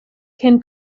can